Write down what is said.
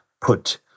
put